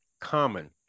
common